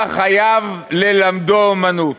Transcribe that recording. כך חייב ללמדו אומנות.